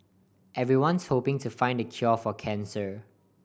everyone's hoping to find the cure for cancer